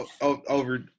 over